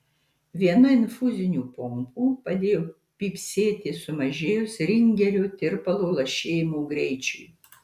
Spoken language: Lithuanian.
viena infuzinių pompų padėjo pypsėti sumažėjus ringerio tirpalo lašėjimo greičiui